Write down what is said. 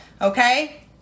okay